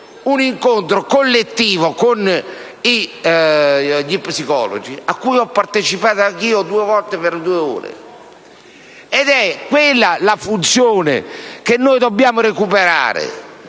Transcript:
un incontro collettivo con gli psicologi a cui ho partecipato anch'io due volte per due ore. È quella la funzione che noi dobbiamo recuperare.